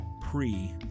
pre